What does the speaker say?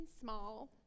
small